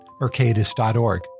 mercatus.org